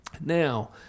Now